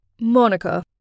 Monica